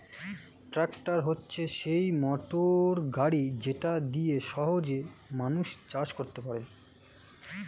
tractor হচ্ছে সেই motor গাড়ি যেটা দিয়ে সহজে মানুষ চাষ করতে পারে